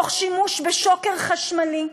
תוך שימוש בשוקר חשמלי,